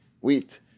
wheat